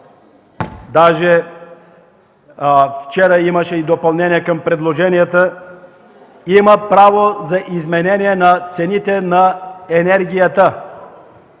даже вчера имаше и допълнение към предложенията – „има право за изменение на цените на енергията”.